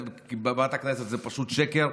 זה פשוט שקר.